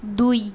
দুই